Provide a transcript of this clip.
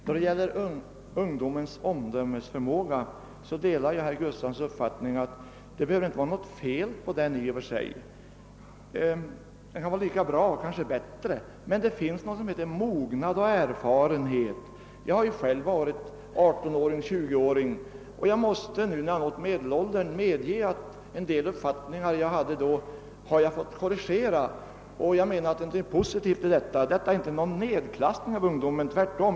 Herr talman! Jag delar herr Gustavssons i Nässjö uppfattning att det inte behöver vara något fel på ungdomens omdömesförmåga i och för sig. Den är nog lika bra som andras, kanske bättre. Men det finns något som heter mognad och erfarenhet. Jag har själv varit 18 år, och jag måste nu, när jag har nått medelåldern, medge att en del uppfattningar jag hade då har jag fått korrigera. Jag menar att det är något positivt i detta. Det innebär ingen nedklassning av ungdomen, tvärtom.